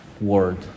word